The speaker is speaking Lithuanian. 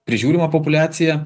prižiūrima populiacija